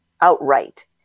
outright